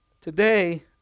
Today